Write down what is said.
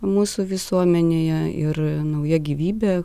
mūsų visuomenėje ir nauja gyvybė